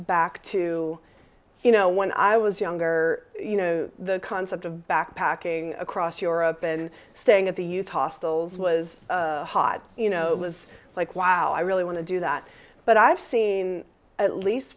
back to you know when i was younger you know the concept of backpacking across europe and staying at the youth hostels was hot you know it was like wow i really want to do that but i've seen at least